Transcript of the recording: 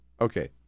okay